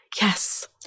yes